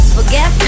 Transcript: Forget